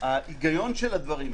ההיגיון של הדברים,